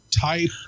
type